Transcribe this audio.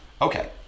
Okay